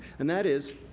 and that is,